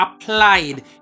applied